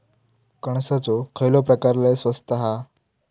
कणसाचो खयलो प्रकार लय स्वस्त हा?